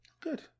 Good